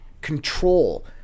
control